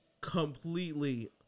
completely